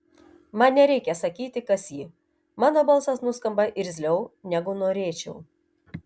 man nereikia sakyti kas ji mano balsas nuskamba irzliau negu norėčiau